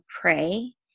pray